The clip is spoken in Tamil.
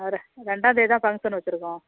ஒரு ரெண்டாம்தேதி தான் ஃபங்க்ஷன் வச்சுருக்கோம்